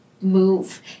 move